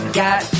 got